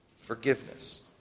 Forgiveness